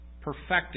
perfected